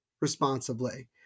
responsibly